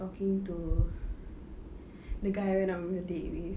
talking to the guy I went out with a date with